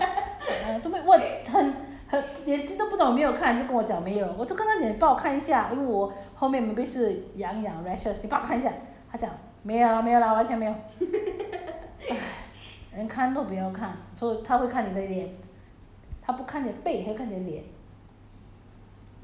那天我才问他我的背有没有 pimple 他说没有 lah 看不到 lah 没有 lah err 都 um um 眼睛都不懂有没有看就跟我讲没有我就跟他讲你帮我看一下因为我后面 maybe 是痒痒 rashes 你帮我看一下他讲没有 lah 没有 lah 完全没有 连看都不要看 so 他会看你的脸